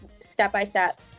step-by-step